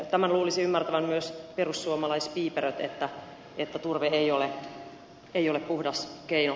tämän luulisi ymmärtävän myös perussuomalaispiiperöiden että turve ei ole puhdas keino